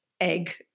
egg